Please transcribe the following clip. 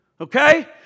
okay